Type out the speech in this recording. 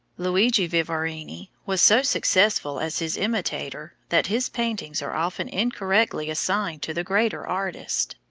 luigi vivarini was so successful as his imitator that his paintings are often incorrectly assigned to the greater artist.